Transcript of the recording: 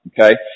Okay